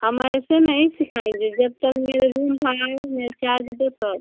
हम ऐसे नहीं सिखाएँगे जब तक मेरे रूम था आऍ मेरा चार्ज दो तब